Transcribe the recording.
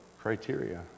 criteria